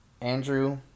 Andrew